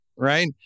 right